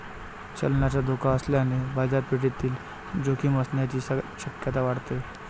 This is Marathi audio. चलनाचा धोका असल्याने बाजारपेठेतील जोखीम असण्याची शक्यता वाढते